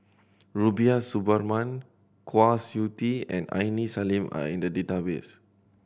Rubiah Suparman Kwa Siew Tee and Aini Salim are in the database